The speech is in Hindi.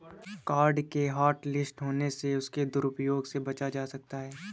कार्ड के हॉटलिस्ट होने से उसके दुरूप्रयोग से बचा जा सकता है